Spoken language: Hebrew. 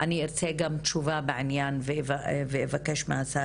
אני גם ארצה תשובה בענין זה ואבקש מהשר